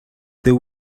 the